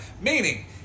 Meaning